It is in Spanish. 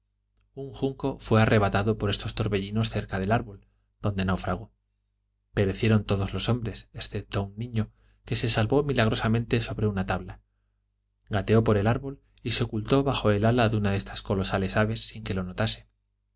un junco fué arrebatado por estos torbellinos cerca del árbol donde naufragó perecieron todos los hombres excepto un niño que se salvó milagrosamente sobre una tabla gateó por el árbol y se ocultó bajo el ala de una de estas colosales aves sin que lo notase